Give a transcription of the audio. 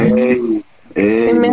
Amen